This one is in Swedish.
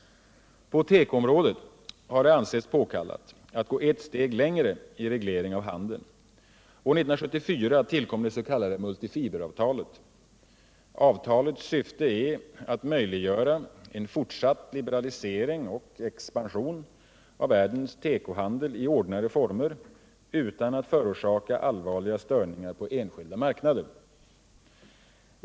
På tekoområdet har det ansetts påkallat att gå ett steg längre i reglering av handeln. År 1974 tillkom det s.k. multifiberavtalet. Avtalets syfte är att möjliggöra en fortsatt liberalisering och expansion av världens tekohandel i ordnade former utan att förorsaka allvarliga störningar på enskilda marknader.